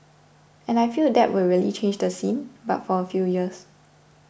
and I feel that will really change the scene but for a few years